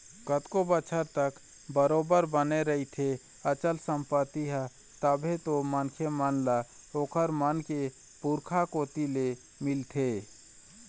कतको बछर तक बरोबर बने रहिथे अचल संपत्ति ह तभे तो मनखे मन ल ओखर मन के पुरखा कोती ले मिलथे